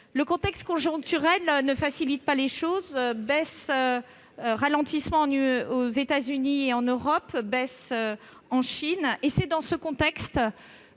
Le contexte conjoncturel ne facilite pas les choses : ralentissement aux États-Unis et en Europe, baisse en Chine. Or c'est dans ce contexte